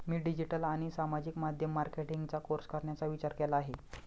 मी digital आणि सामाजिक माध्यम मार्केटिंगचा कोर्स करण्याचा विचार केला आहे